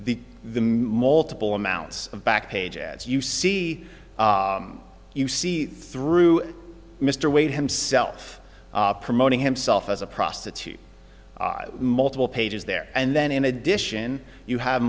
the multiple amounts of back page ads you see you see through mr wade himself promoting himself as a prostitute multiple pages there and then in addition you have